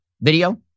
video